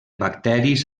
bacteris